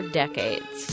decades